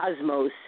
cosmos